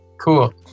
Cool